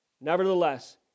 Nevertheless